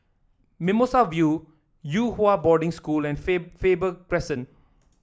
Mimosa View Yew Hua Boarding School and Faber Crescent